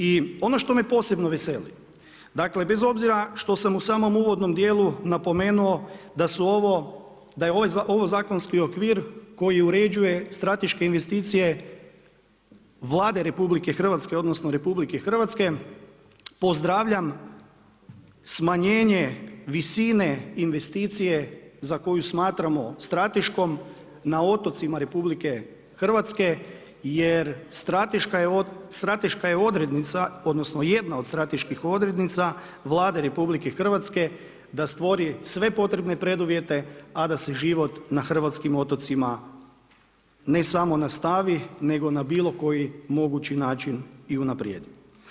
I ono što me posebno veseli, dakle bez obzira što sam u samom uvodnom djelu napomenuo da je ovaj zakon okvir koji uređuje strateške investicije Vlade RH odnosno RH, pozdravljam smanjenje visine investicije za koju smatramo strateškom na otocima RH jer strateška je odrednica odnosno jedna od strateških odrednica Vlade RH da stvori sve potrebne preduvjete a da se život na hrvatskim otocima ne samo nastavi nego na bilokoji mogući način i unaprijedi.